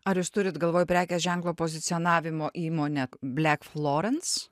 ar jūs turit galvoj prekės ženklo pozicionavimo įmonė black florenc